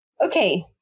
Okay